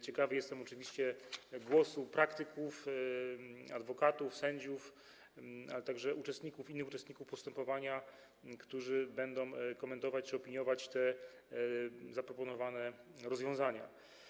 Ciekawy jestem oczywiście głosu praktyków, adwokatów, sędziów, ale także innych uczestników postępowania, którzy będą komentować czy opiniować zaproponowane rozwiązania.